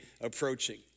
approaching